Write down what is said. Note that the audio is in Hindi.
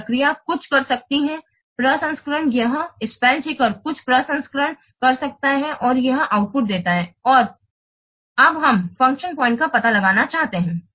और प्रक्रिया कुछ कर सकती हैप्रसंस्करण यह वर्तनी परीक्षक कुछ प्रसंस्करण कर सकता है और यह आउटपुट देता है और अब हम फ़ंक्शन पॉइंट का पता लगाना चाहते हैं